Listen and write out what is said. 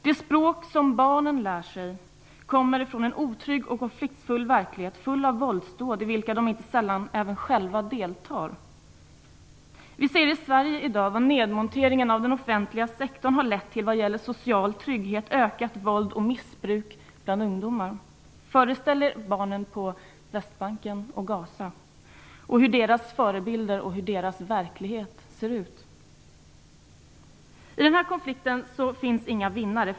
Det språk som barnen lär sig kommer från en otrygg och konfliktfull verklighet full av våldsdåd i vilka de inte sällan själva deltar. Vi ser i Sverige i dag vad nedmonteringen av den offentliga sektorn har lett till vad gäller social trygghet, ökat våld och missbruk bland ungdomar. Föreställ er barnen på Västbanken och i Gaza och hur deras förebilder och verklighet ser ut! I den här konflikten finns inga vinnare.